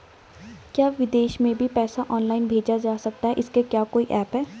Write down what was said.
क्या विदेश में भी पैसा ऑनलाइन भेजा जा सकता है इसका क्या कोई ऐप है?